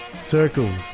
Circles